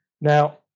Now